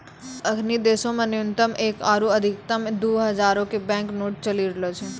अखनि देशो मे न्यूनतम एक आरु अधिकतम दु हजारो के बैंक नोट चलि रहलो छै